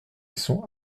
sont